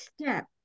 step